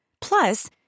Plus